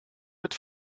wird